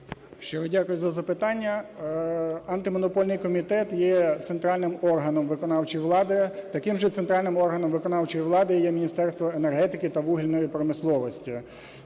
Щиро дякую за запитання. Антимонопольний комітет є центральним органом виконавчої влади, таким же центральним органом виконавчої влади є Міністерство енергетики та вугільної промисловості.